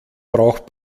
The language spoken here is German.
braucht